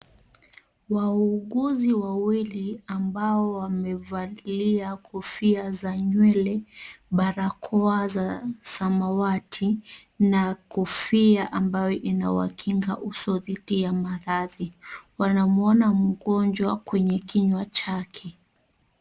Wauguzi wawili ambao wamevalia kofia za nywele barakoa za samawati na kofia ambayo inawakinga uso dhidi ya maradhi wanamwona mgonjwa kwenye kinywa chake.